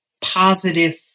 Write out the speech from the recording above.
positive